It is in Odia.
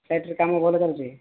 ଫ୍ୟାକ୍ଟ୍ରି କାମ ଭଲ ଚାଲିଛି